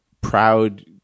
proud